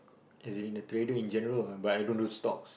as in in a trader in general but I don't do stocks